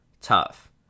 Tough